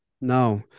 no